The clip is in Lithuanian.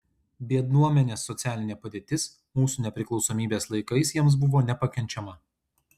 biednuomenės socialinė padėtis mūsų nepriklausomybės laikais jiems buvo nepakenčiama